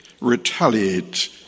retaliate